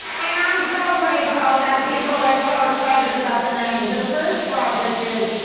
and i'm so grateful that people are so excited about the nanny. the first project is,